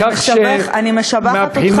אני משבחת אותך,